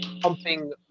pumping